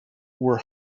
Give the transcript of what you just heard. were